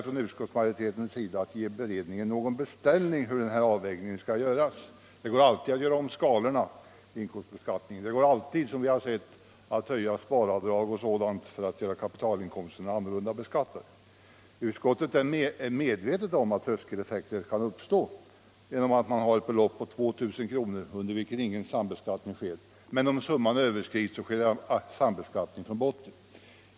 Men utskottet är inte berett att ge utredningen några direktiv om hur denna avvägning skall ske. Men det går alltid att göra om skalorna och att höja sparavdraget för att ändra beskattningen av kapitalinkomster. Utskottet är medvetet om att tröskeleffekter kan uppstå genom att man har en gräns vid 2 000 kr. Under detta belopp sker ingen sambeskattning, men om summan överskrids sker sambeskattning från botten.